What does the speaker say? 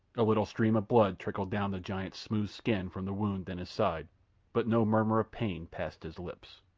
a little stream of blood trickled down the giant's smooth skin from the wound in his side but no murmur of pain passed his lips.